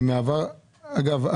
אגב,